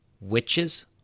witches